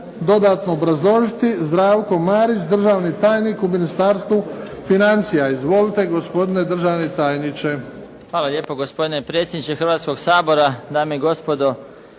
dodatno obrazložiti? Zdravko Marić, državni tajnik u Ministarstvu financija. Izvolite gospodine državni tajniče. **Marić, Zdravko** Hvala lijepo. Gospodine predsjedniče Hrvatskog sabora, dame i gospodo